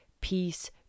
peace